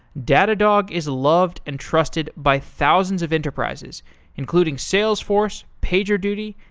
datadog is loved and trusted by thousands of enterprises including salesforce, pagerduty,